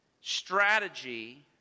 strategy